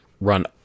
run